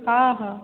ହଁ ହଁ